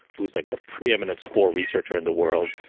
who was like the preeminent spore researcher in the world.